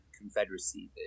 Confederacy